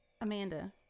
Amanda